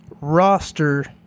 roster